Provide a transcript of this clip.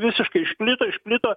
visiškai išplito išplito